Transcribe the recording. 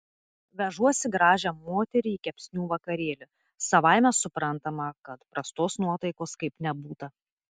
vežuosi gražią moterį į kepsnių vakarėlį savaime suprantama kad prastos nuotaikos kaip nebūta